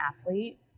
athlete